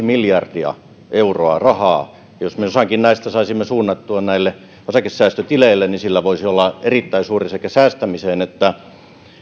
miljardia euroa rahaa jos me osankin näistä saisimme suunnattua näille osakesäästötileille niin sillä voisi olla erittäin suuri sekä säästämiseen että